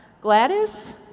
Gladys